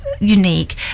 unique